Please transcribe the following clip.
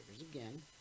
again